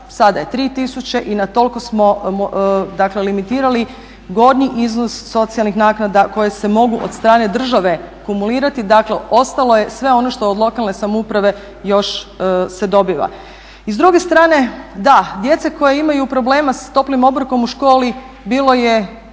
sada je 3.000 i na toliko smo limitirali gornji iznos socijalnih naknada koje se mogu od strane države kumulirati, dakle ostalo je sve ono što od lokalne samouprave još se dobiva. I s druge strane, da djeca koja imaju problema s toplim obrokom u školi bilo je